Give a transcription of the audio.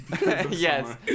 Yes